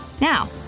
Now